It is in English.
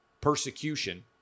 persecution